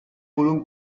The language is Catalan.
volum